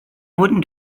wurden